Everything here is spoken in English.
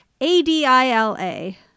A-D-I-L-A